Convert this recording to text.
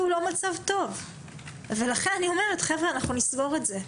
הוא לא מצב טוב ולכן אנחנו סנגור את זה,